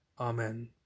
Amen